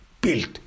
built